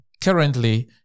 currently